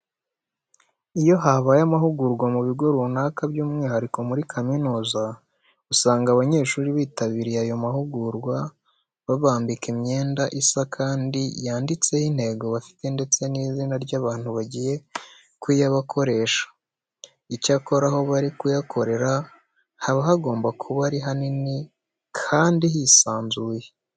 Iyo habaye amahugurwa mu bigo runaka by'umwihariko muri kaminuza, usanga abanyeshuri bitabiriye ayo mahugurwa babambika imyenda isa kandi yanditseho intego bafite ndetse n'izina ry'abantu bagiye kuyabakoresha. Icyakora aho bari kuyakorera hagomba kuba ari hanini kandi hisanzuye.